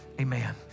amen